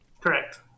Correct